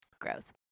Gross